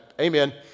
amen